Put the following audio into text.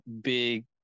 big